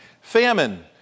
Famine